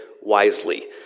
wisely